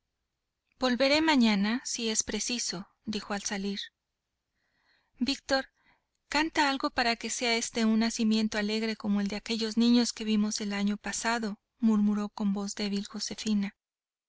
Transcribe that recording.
volveré mañana si es preciso dijo al salir víctor canta algo para que sea este un nacimiento alegre como el de aquellos niños que vimos el año pasado murmuró con voz débil josefina